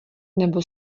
nebo